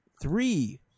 three